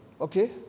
Okay